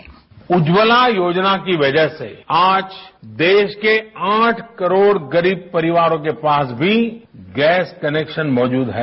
sound bite Ujjwala योजना की वजह से आज देश के आठ करोड गरीब परिवारों के पास भी गैस कनेक्शन मौजूद है